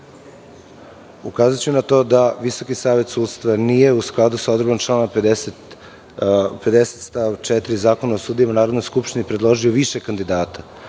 Ukazaću na to da Visoki savet sudstva nije u skladu sa odredbom člana 50. stav 4. Zakona o sudijama Narodnoj skupštini predložio više kandidata,